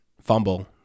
fumble